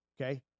okay